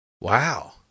Wow